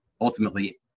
ultimately